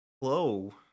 hello